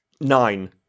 Nine